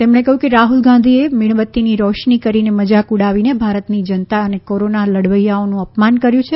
તેમણે કહ્યું કે રાહુલ ગાંધીએ મીણબત્તીની રોશની કરીને મજાક ઉડાવીને ભારતની જનતા અને કોરોના લડવૈયાઓનું અપમાન કર્યું છે